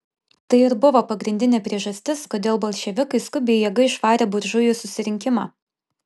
tai ir buvo pagrindinė priežastis kodėl bolševikai skubiai jėga išvaikė buržujų susirinkimą